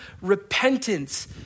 repentance